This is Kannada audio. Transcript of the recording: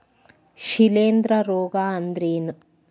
ಶಿಲೇಂಧ್ರ ರೋಗಾ ಅಂದ್ರ ಏನ್?